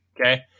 Okay